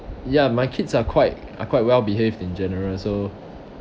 ya my kids are quite are quite well behaved in general so